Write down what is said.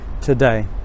today